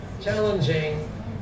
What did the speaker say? challenging